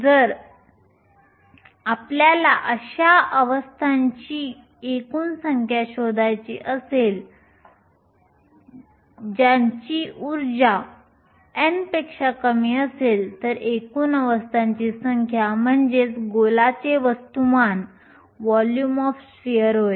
जर आपल्याला अशा अवस्थांची एकूण संख्या शोधायची असेल ज्यांची ऊर्जा n पेक्षा कमी असेल तर एकूण अवस्थांची संख्या म्हणजे गोलाचे वस्तुमान होय